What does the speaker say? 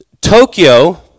Tokyo